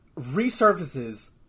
resurfaces